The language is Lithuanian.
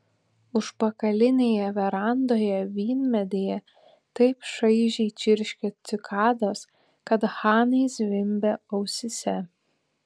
užpakalinėje verandoje vynmedyje taip šaižiai čirškė cikados kad hanai zvimbė ausyse